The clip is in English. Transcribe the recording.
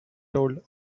told